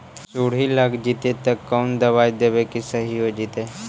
सुंडी लग जितै त कोन दबाइ देबै कि सही हो जितै?